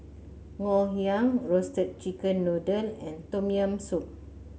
Ngoh Hiang Roasted Chicken Noodle and Tom Yam Soup